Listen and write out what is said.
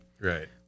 Right